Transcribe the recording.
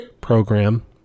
program